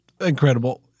incredible